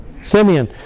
Simeon